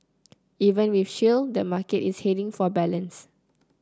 even with shale the market is heading for balance